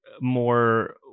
more